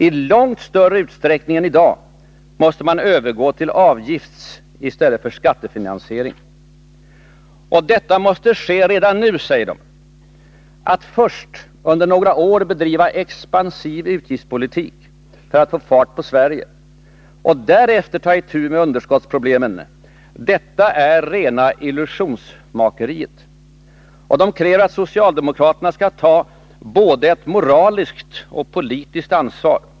”I långt större utsträckning än i dag måste man övergå till avgiftsi stället för skattefinansiering.” Detta måste ske redan nu, säger de. Att först under några år bedriva expansiv utgiftspolitik för att få fart på Sverige och därefter ta itu med underskottsproblemen, detta är ”rena illusionsmakeriet”. De kräver att socialdemokraterna skall ta både ett moraliskt och ett politiskt ansvar.